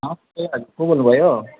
नमस्ते हजुर को बोल्नु भयो